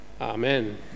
Amen